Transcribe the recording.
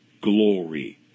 glory